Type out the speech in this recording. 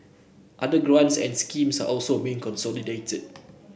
other grants and schemes are also being consolidated